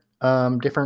different